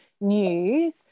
news